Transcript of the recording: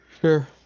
Sure